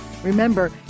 Remember